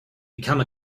become